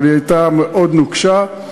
אבל היא הייתה מאוד נוקשה,